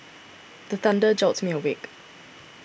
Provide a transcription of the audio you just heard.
the thunder jolt me awake